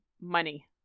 Money